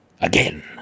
Again